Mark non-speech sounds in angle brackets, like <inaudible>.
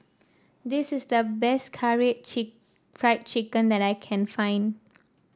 this is the best Karaage <unintelligible> Fried Chicken that I can find